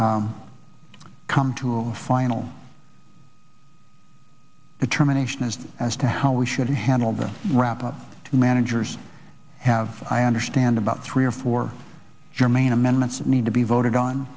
come to a final determination is as to how we should handle the wrap up to managers have i understand about three or four germane amendments that need to be voted on